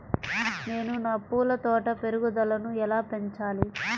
నేను నా పూల తోట పెరుగుదలను ఎలా పెంచాలి?